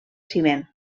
ciment